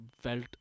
felt